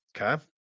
Okay